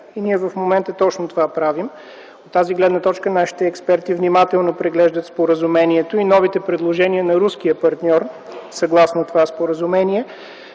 ние правим точно това. От тази гледна точка нашите експерти внимателно преглеждат споразумението и новите предложения на руския партньор съгласно това споразумение,